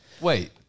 Wait